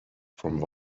from